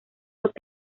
los